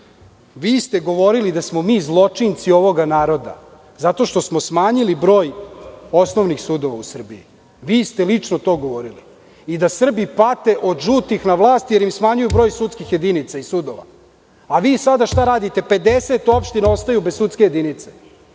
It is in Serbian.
Vi ste govorili da smo mi zločinci ovog naroda, zato što smo smanjili broj osnovnih sudova u Srbiji. Vi ste lično to govorili i da Srbi pate od „žutih“ na vlasti, jer smanjuju broj sudskih jedinica i sudova.A šta vi sada radite? Pedeset opština ostaju bez sudske jedinice.